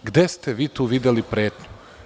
Gde ste vi tu videli pretnju?